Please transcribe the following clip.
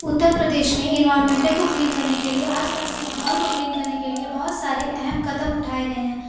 اتر پردیش میں انوائرمینٹل کو کلین کرنے کے لیے آس پاس کے ماحول کو کلین کرنے کے لیے بہت سارے اہم قدم اٹھائے گئے ہیں